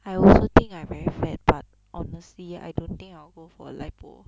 I also think I very fair but honestly I don't think I will go for lipo